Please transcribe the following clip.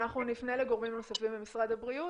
אנחנו נפנה לגורמים נוספים במשרד הבריאות,